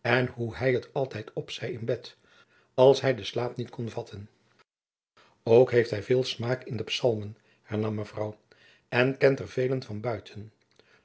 en hoe hij het altijd opzei in bed als hij den slaap niet kon vatten ook heeft hij veel smaak in de psalmen hernam mevrouw en kent er vele van buiten